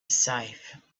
safe